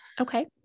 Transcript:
Okay